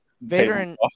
Vader